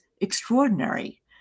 extraordinary